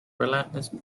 relentless